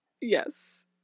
Yes